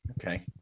Okay